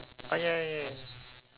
oh ya ya ya